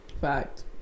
Fact